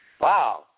Wow